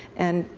and,